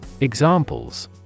Examples